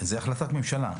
זה החלטת ממשלה.